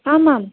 आमाम्